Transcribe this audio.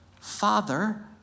Father